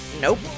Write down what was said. Nope